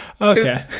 Okay